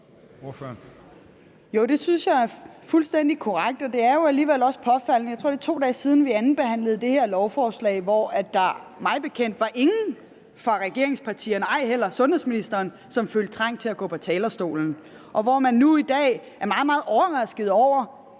det synes jeg er fuldstændig korrekt. Og det er jo alligevel også påfaldende – jeg tror, det er 2 dage siden, vi andenbehandlede det her lovforslag, og hvor der mig bekendt ikke var nogen fra regeringspartierne, ej heller sundhedsministeren, som følte trang til at gå på talerstolen – at man nu i dag er meget, meget overrasket over,